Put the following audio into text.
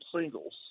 singles